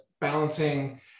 balancing